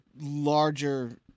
larger